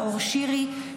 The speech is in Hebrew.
נאור שירי,